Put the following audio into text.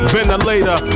Ventilator